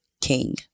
King